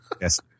yes